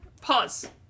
Pause